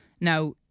Now